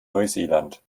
neuseeland